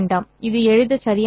இது எழுத சரியானதல்ல